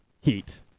heat